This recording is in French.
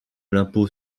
l’impôt